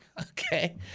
Okay